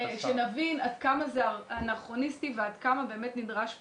שנבין כמה זה אנכרוניסטי ועד כמה נדרש שינוי.